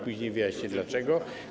Później wyjaśnię dlaczego.